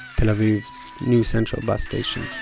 tel aviv's new central bus station